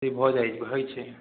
से भऽ जाए होइ छै